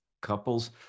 couples